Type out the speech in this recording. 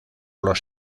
los